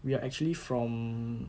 we are actually from